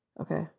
Okay